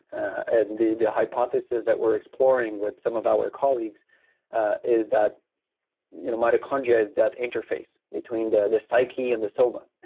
ah the the hypotheses we're exploring with some of our colleagues ah is that you know mitochondria is that interface between the the psyche and the soma,